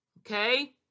Okay